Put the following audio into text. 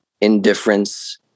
indifference